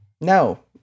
No